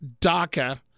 DACA